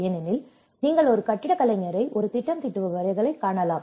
ஏனெனில் நீங்கள் ஒரு கட்டிடக் கலைஞரை ஒரு திட்டம் தீட்டுபவரை காணலாம்